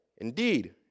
Indeed